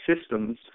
systems